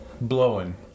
blowing